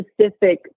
specific